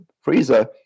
freezer